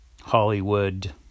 Hollywood